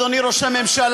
אדוני ראש הממשלה,